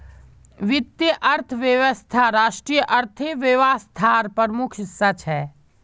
वीत्तिये अर्थवैवस्था राष्ट्रिय अर्थ्वैवास्थार प्रमुख हिस्सा छे